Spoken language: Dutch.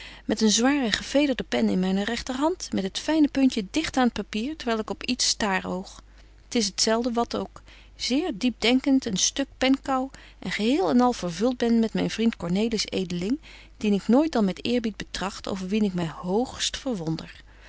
met eeu zware gevederde pen in myne regterhand met het fyne puntje digt aan t papier terwyl ik op iets staröog t is het zelfde wat ook zeer diepdenkent een stuk pen kaauw en geheel en al vervult ben met myn vriend cornelis edeling dien ik nooit dan met eerbied betracht over wien ik my hoogst verwonder